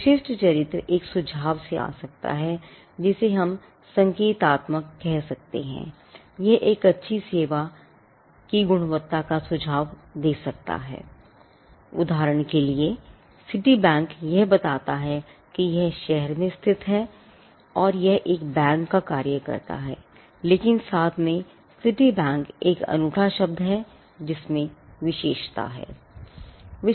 विशिष्ट चरित्र एक सुझाव से आ सकता है जिसे हम संकेतात्मक एक अनूठा शब्द है जिसमें विशिष्टता है